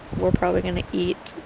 we're probably gonna eat